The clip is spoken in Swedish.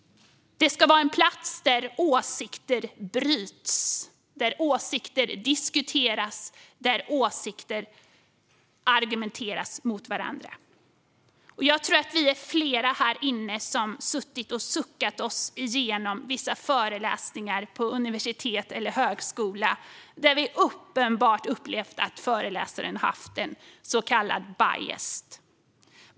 De ska vara platser där åsikter bryts, där åsikter diskuteras och där man argumenterar för olika åsikter. Jag tror att vi är flera här inne som har suttit och suckat oss igenom vissa föreläsningar på universitet eller högskola där vi har upplevt att det är uppenbart att föreläsaren har en så kallad bias.